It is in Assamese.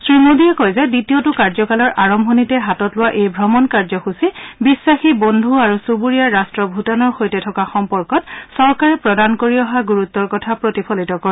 শ্ৰীমোদীয়ে কয় যে দ্বিতীয়টো কাৰ্যকালৰ আৰম্ভণিতে হাতত লোৱা এই ভ্ৰমণ কাৰ্যসূচী বিশ্বাসী বন্ধু আৰু চুবুৰীয়া ৰাষ্ট ভূটানৰ সৈতে থকা সম্পৰ্কত চৰকাৰে প্ৰদান কৰি অহা গুৰুত্বৰ কথা প্ৰতিফলিত কৰে